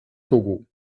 togo